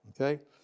Okay